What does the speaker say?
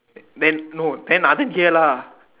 than no Nathan hear lah